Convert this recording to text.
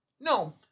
No